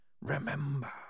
remember